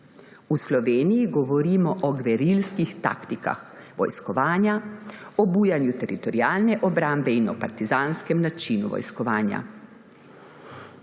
v Sloveniji govorimo o gverilskih taktikah vojskovanja, obujanju teritorialne obrambe in o partizanskem načinu vojskovanja.